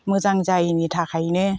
मोजां जायिनि थाखायनो